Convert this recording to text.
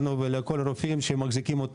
כי גם מהפיצוץ הראשון הקרינה הגיעה לסקנדינביה,